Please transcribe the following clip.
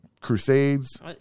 Crusades